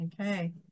Okay